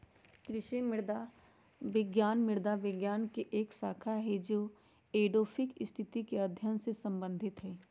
कृषि मृदा विज्ञान मृदा विज्ञान के एक शाखा हई जो एडैफिक स्थिति के अध्ययन से संबंधित हई